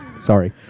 Sorry